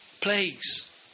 plagues